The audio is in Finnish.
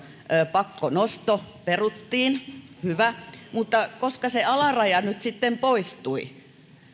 pakkonosto peruttiin hyvä mutta koska se alaraja nyt sitten poistui